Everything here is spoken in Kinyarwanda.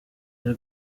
iyi